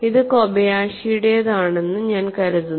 ഇത് കോബയാഷിയുടേതാണെന്ന് ഞാൻ കരുതുന്നു